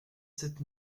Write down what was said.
sept